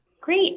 Great